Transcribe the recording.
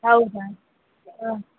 ಹೌದಾ ಹಾಂ